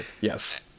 yes